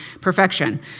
perfection